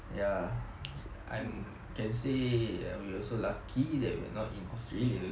ya I'm can say we also lucky that we're not in australia